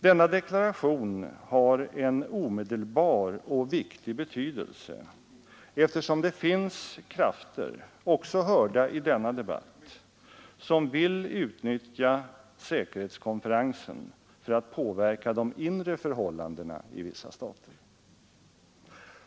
Denna deklaration har en omedelbar och stor betydelse eftersom det finns krafter, också hörda i denna debatt, som vill utnyttja säkerhetskonferensen för att påverka de inre förhållandena i vissa stater.